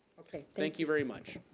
thank you very much.